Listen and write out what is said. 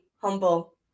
humble